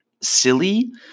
silly